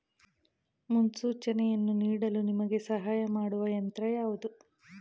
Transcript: ಮುನ್ಸೂಚನೆಯನ್ನು ನೀಡಲು ನಿಮಗೆ ಸಹಾಯ ಮಾಡುವ ಯಂತ್ರ ಯಾವುದು?